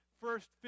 first